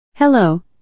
Hello